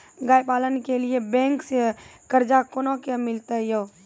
गाय पालन के लिए बैंक से कर्ज कोना के मिलते यो?